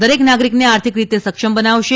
દરેક નાગરિકને આર્થિક રીતે સક્ષમ બનાવશે